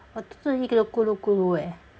我的肚子一直咕噜咕噜 eh